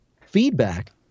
feedback